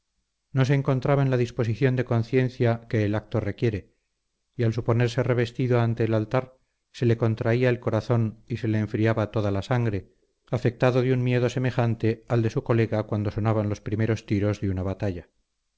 se encontraba en la disposición de conciencia que el acto requiere y al suponerse revestido ante el altar se le contraía el corazón y se le enfriaba toda la sangre afectado de un miedo semejante al de su colega cuando sonaban los primeros tiros de una batalla